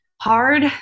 hard